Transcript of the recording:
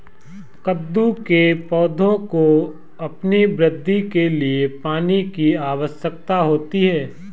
कद्दू के पौधों को अपनी वृद्धि के लिए पानी की आवश्यकता होती है